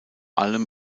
allem